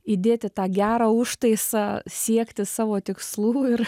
įdėti tą gerą užtaisą siekti savo tikslų ir